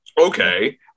okay